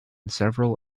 several